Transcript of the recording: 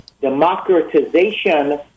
democratization